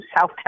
South